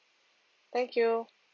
thank you